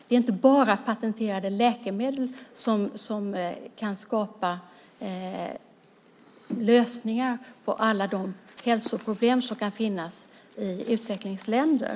Det är inte bara patenterade läkemedel som kan skapa lösningar på alla de hälsoproblem som kan finnas i utvecklingsländer.